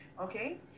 okay